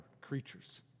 creatures